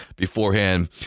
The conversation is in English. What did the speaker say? Beforehand